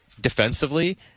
defensively